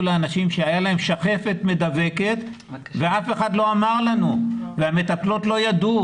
לאנשים שהייתה להם שחפת מדבקת ואף אחד לא אמר לנו והמטפלות לא ידעו,